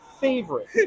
favorite